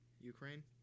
Ukraine